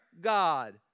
God